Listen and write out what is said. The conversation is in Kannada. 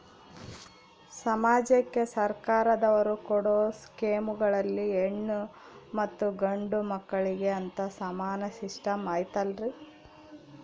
ಸಮಾಜಕ್ಕೆ ಸರ್ಕಾರದವರು ಕೊಡೊ ಸ್ಕೇಮುಗಳಲ್ಲಿ ಹೆಣ್ಣು ಮತ್ತಾ ಗಂಡು ಮಕ್ಕಳಿಗೆ ಅಂತಾ ಸಮಾನ ಸಿಸ್ಟಮ್ ಐತಲ್ರಿ?